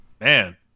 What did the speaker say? man